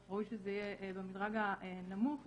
שראוי שזה יהיה במדרג הנמוך יותר.